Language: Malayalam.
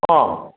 ആ